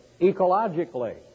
ecologically